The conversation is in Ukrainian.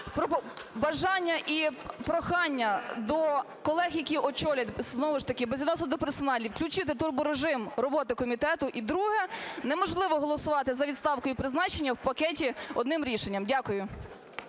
Бажання і прохання до колег, які очолять… знову ж таки безвідносно до персоналій, включити турборежим роботи комітету. І друге. Неможливо голосувати за відставку і призначення в пакеті одним рішенням. Дякую.